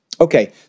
Okay